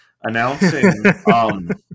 announcing